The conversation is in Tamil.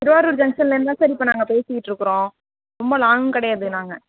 திருவாரூர் ஜெங்க்ஷன்லேருந்து தான் சார் இப்போ நாங்கள் பேசிகிட்ருக்கிறோம் ரொம்ப லாங் கிடையாது நாங்கள்